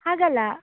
ಹಾಗಲ್ಲ